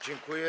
Dziękuję.